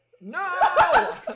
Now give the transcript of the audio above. No